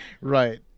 Right